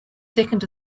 second